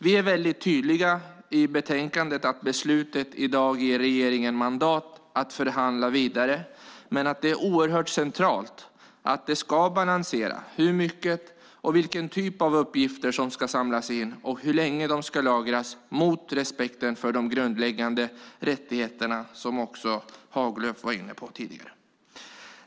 Vi är väldigt tydliga i betänkandet med att beslutet i dag ger regeringen mandat att förhandla vidare, men att det är oerhört centralt att hur mycket och vilken typ av uppgifter som ska samlas in och hur länge det ska lagras ska balanseras mot respekten för de grundläggande rättigheterna, som också Haglö var inne på tidigare.